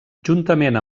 juntament